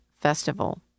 festival